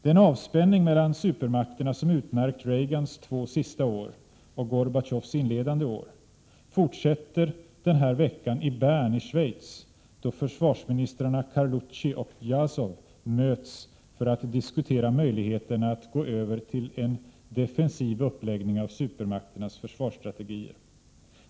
Den avspänning mellan supermakterna, som utmärkt Reagans två sista år och Gorbatjovs inledande år, fortsätter den här veckan i Bern i Schweiz, då försvarsministrarna Carlucci och Jazov möts för att diskutera möjligheterna att gå över till en defensiv uppläggning av supermakternas försvarsstrategier.